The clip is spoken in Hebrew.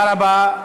תודה רבה.